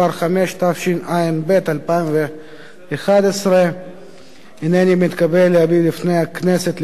התשע"ב 2012. הנני מתכבד להביא בפני הכנסת לקריאה שנייה